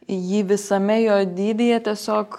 jį visame jo dydyje tiesiog